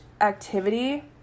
activity